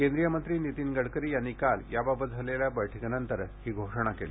केंद्रीय मंत्री नितीन गडकरी यांनी काल याबाबत झालेल्या बैठकीनंतर ही घोषणा केली